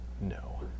No